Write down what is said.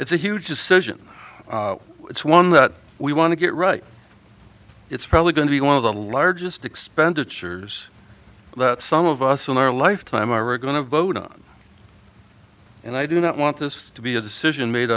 it's a huge decision it's one that we want to get right it's probably going to be one of the largest expenditures that some of us in our lifetime are are going to vote on and i do not want this to be a decision made